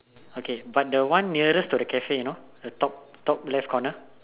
okay but the one nearest to the Cafe you know the top top left corner